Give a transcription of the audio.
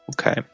Okay